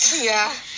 ya